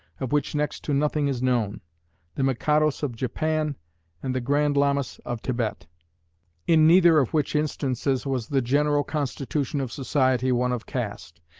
of which next to nothing is known the mikados of japan and the grand lamas of thibet in neither of which instances was the general constitution of society one of caste,